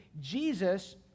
Jesus